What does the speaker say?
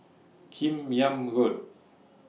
Kim Yam Road